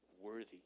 worthy